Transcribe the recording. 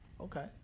Okay